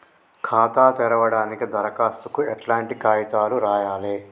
ఖాతా తెరవడానికి దరఖాస్తుకు ఎట్లాంటి కాయితాలు రాయాలే?